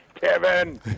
Kevin